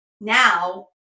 Now